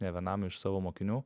nė vienam iš savo mokinių